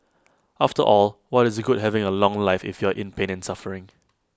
after all what is good having A long life if you're in pain and suffering